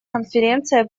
конференция